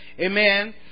Amen